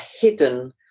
hidden